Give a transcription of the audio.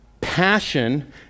passion